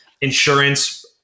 Insurance